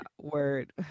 word